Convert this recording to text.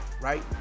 right